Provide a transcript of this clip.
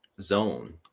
zone